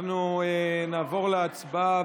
אנחנו נעבור להצבעה.